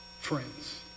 friends